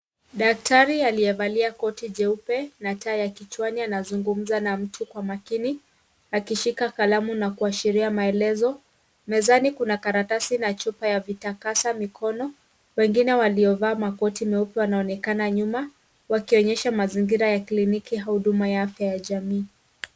Daktari aliyevalia koti jeupe na taa ya kichwani anazungumza na mtu kwa makini akishika kalamu na kuashiria maelezo. Mezani kuna karatasi na chupa ya vitakasa mikono. Wengine waliovaa makoti meupe wanaonekana nyuma wakionyesha mazingira ya kliniki ya huduma ya afya ya jamii.